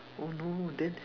oh no then